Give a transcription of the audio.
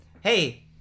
hey